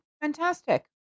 Fantastic